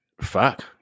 Fuck